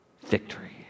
Victory